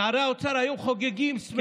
נערי האוצר היום חוגגים, שמחים.